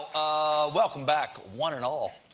welcome back, one and all.